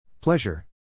Pleasure